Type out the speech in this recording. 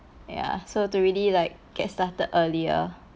ya so to really like get started earlier